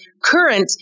current